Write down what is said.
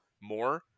more